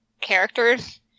characters